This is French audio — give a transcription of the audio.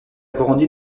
grandi